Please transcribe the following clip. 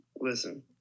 listen